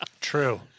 True